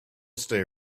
stay